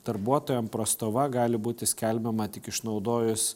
darbuotojam prastova gali būti skelbiama tik išnaudojus